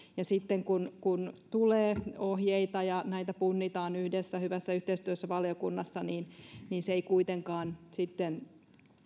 ja sitten kun kun tulee ohjeita ja näitä punnitaan yhdessä hyvässä yhteistyössä valiokunnassa niin niin se ei kuitenkaan sitten